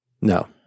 No